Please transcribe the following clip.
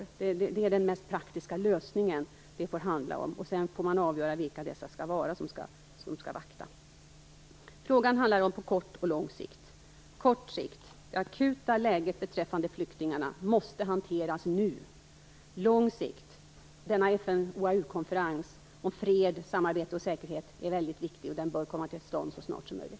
Det får blir den mest praktiska lösningen. Sedan får man avgöra vilka som skall vakta. På kort sikt gäller att det akuta läget för flyktingarna måste hanteras nu. På lång sikt gäller att FN konferensen, är viktig och bör komma till stånd så snart som möjligt.